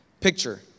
Picture